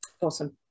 Awesome